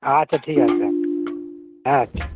আচ্ছা ঠিক আছে স্যার হ্যাঁ ঠিক